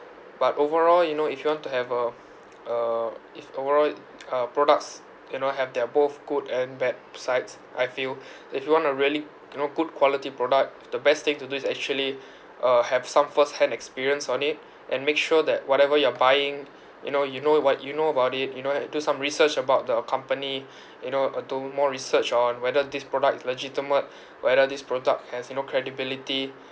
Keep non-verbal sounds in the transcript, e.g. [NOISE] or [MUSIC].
but overall you know if you want to have a [NOISE] a if overall uh products you know have their both good and bad sides I feel if you want to really you know good quality product the best thing to do is actually uh have some first hand experience on it and make sure that whatever you are buying you know you know what you know about it you know uh do some research about the company you know uh do more research on whether this product is legitimate whether this product has you know credibility